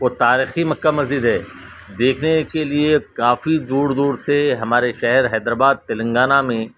وہ تاریخی مکّہ مسجد ہے دیکھنے کے لیے کافی دور دور سے ہمارے شہر حیدرآباد تلنگانہ میں